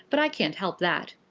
but i can't help that.